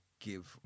give